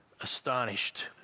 astonished